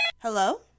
Hello